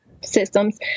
systems